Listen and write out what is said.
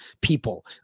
people